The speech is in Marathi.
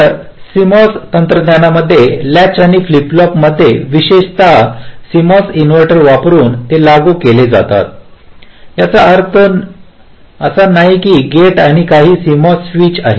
तर सीएमओएस तंत्रज्ञानामध्ये लॅच आणि फ्लिप फ्लॉपमध्ये विशेषत सीएमओएस इन्व्हर्टर वापरुन ते लागू केले जातात याचा अर्थ नाही गेट आणि काही सीएमओएस स्विच आहेत